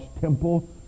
temple